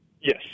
Yes